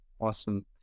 Awesome